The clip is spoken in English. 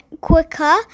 quicker